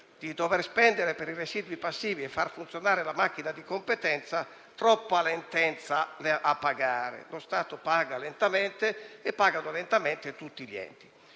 di dover spendere per i residui passivi e far funzionare la macchina di competenza determina troppa lentezza nel pagare: lo Stato paga lentamente e pagano lentamente tutti gli enti.